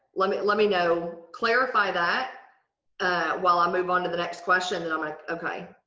let me let me know. clarify that while i move on to the next question and i'm like, okay.